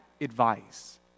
advice